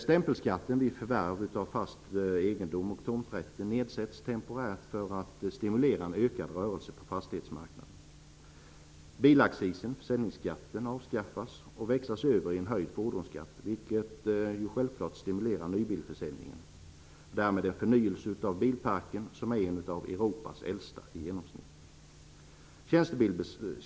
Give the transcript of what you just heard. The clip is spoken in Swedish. Stämpelskatten vid förvärv av fast egendom och tomträtter nedsätts temporärt för att stimulera en ökad rörelse på fastighetsmarknaden. Bilaccisen - försäljningsskatten - avskaffas och växlas över i höjd fordonsskatt, vilket självfallet stimulerar nybilsförsäljningen och därmed en förnyelse av bilparken som är en av Europas äldsta i genomsnitt.